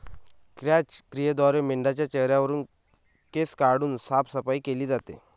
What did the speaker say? क्रॅच क्रियेद्वारे मेंढाच्या चेहऱ्यावरुन केस काढून साफसफाई केली जाते